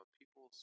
people